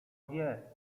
wie